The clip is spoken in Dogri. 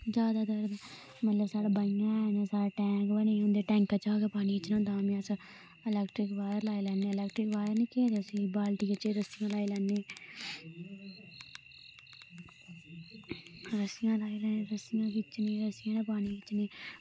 जादैतर साढ़े मतलब बाईं हैन साढ़े टैंक बनी गेदे ते टैंके चा गै पानी खिच्चना होंदा असें इलैक्ट्रिक बायर लाई लैन्ने इलैक्ट्रिक बायर निं ते केह् आक्खदे उसी बाल्टियै च रस्सी लाई लैने रस्सियां लाई लाई रस्सियें कन्नै पानी खिच्चनी